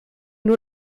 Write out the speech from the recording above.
nur